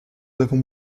avons